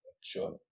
sure